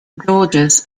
georges